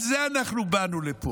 לזה אנחנו באנו לפה.